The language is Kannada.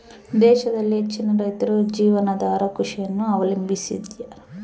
ದೇಶದಲ್ಲಿ ಹೆಚ್ಚಿನ ರೈತರು ಜೀವನಾಧಾರ ಕೃಷಿಯನ್ನು ಅವಲಂಬಿಸ್ಯಾರ